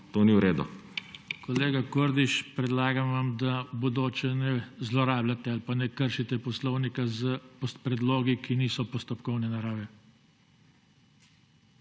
JOŽE TANKO: Kolega Kordiš, predlagam vam, da v prihodnje ne zlorabljate ali pa ne kršite poslovnika s predlogi, ki niso postopkovne narave.